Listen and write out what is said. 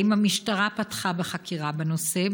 1. האם המשטרה פתחה בחקירה בנושא,